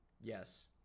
Yes